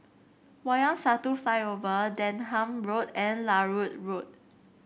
Wayang Satu Flyover Denham Road and Larut Road